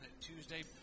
Tuesday